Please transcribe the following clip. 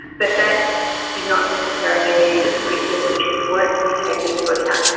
but that did not necessarily mean that the victims' interests weren't to be taken into account,